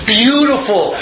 beautiful